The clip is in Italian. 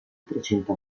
trecento